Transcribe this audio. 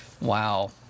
Wow